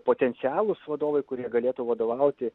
potencialūs vadovai kurie galėtų vadovauti